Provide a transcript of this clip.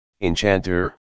Enchanter